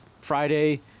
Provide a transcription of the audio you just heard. Friday